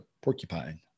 porcupine